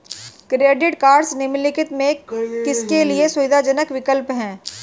Credit cards निम्नलिखित में से किसके लिए सुविधाजनक विकल्प हैं?